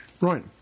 Right